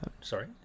Sorry